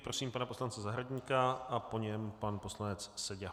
Prosím pana poslance Zahradníka a po něm pan poslanec Seďa.